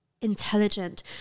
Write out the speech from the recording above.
intelligent